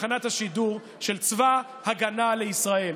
בתחנת השידור של צבא ההגנה לישראל,